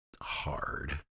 hard